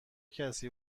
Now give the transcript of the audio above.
کسی